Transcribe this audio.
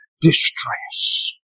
distress